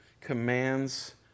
commands